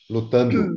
Lutando